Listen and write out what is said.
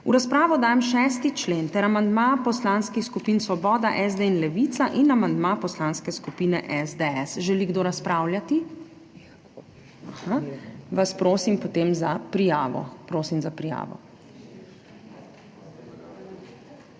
V razpravo dajem 6. člen ter amandma poslanskih skupin Svoboda, SD in Levica in amandma Poslanske skupine SDS. Želi kdo razpravljati? Aha, vas prosim potem za prijavo.